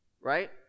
Right